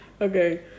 Okay